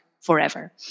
forever